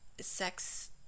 sex